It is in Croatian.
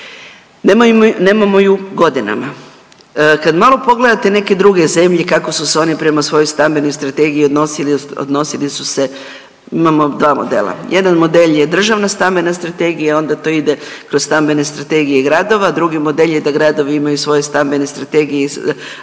nemamo je godinama. Kad malo pogledate neke druge zemlje kako su se oni prema svojoj stambenoj strategiji odnosili, odnosili su se imamo dva modela – jedan model je državna stambena strategija. Onda to ide kroz stambene strategije gradova. Drugi model je da gradovi imaju svoje stambene strategije iz